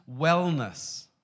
wellness